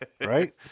Right